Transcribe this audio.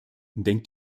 denkt